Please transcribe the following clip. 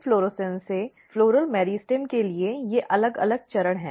पुष्पक्रम से पुष्प मेरिस्टेम के लिए ये अलग अलग चरण हैं